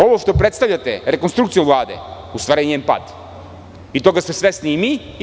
Ovo što predstavljate rekonstrukciju vlade, u stvari je njen pad i toga ste svesni i vi i mi.